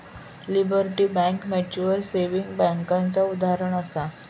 liberty bank mutual saving बैंकेचा उदाहरणं आसा